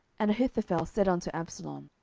and ahithophel said unto absalom,